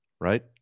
right